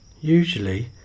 Usually